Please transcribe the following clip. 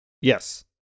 Yes